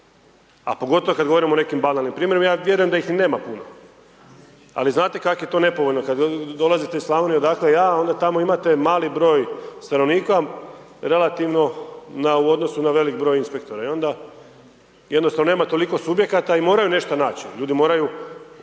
A pogotovo kad govorimo o nekim banalnim primjerima, ja vjerujem da ih i nema puno, ali znate kak' je to nepovoljno kad dolazite iz Slavonije, odakle ja, onda tamo imate mali broj stanovnika relativno na, u odnosu na veliki broj inspektora, i onda jednostavno nema toliko subjekata i moraju nešta naći, ljudi moraju,